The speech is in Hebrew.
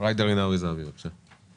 ג'ידא רינאוי זועבי, בבקשה.